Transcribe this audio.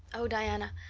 oh, diana,